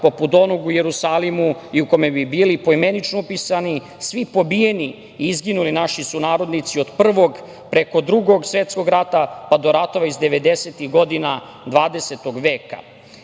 poput onog u Jerusalimu i u kome bi bili poimenično upisani svi pobijeni i izginuli naši sunarodnici od Prvog, preko Drugog svetskog rata, pa do ratova iz 90-ih godina 20. veka